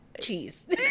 Cheese